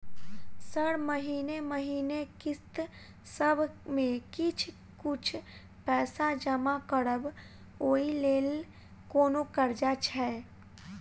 Sir महीने महीने किस्तसभ मे किछ कुछ पैसा जमा करब ओई लेल कोनो कर्जा छैय?